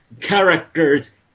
characters